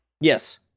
yes